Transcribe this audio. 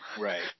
Right